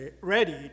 ready